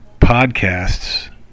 podcasts